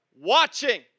watching